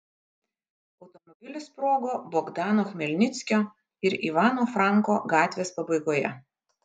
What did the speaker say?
automobilis sprogo bogdano chmelnickio ir ivano franko gatvės pabaigoje